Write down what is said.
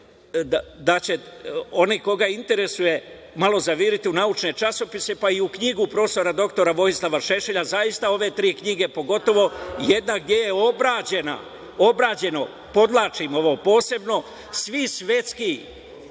da će onaj koga interesuje malo zaviriti u naučne časopise, pa i u knjigu profesora dr Vojislava Šešelja. Zaista ove tri knjige, pogotovo jedna gde je obrađeno, podvlačim ovo posebno, svi svetski